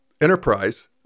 enterprise